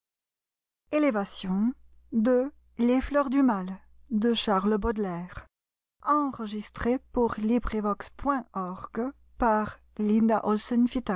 les fleurs du mal